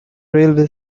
railway